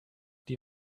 die